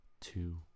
two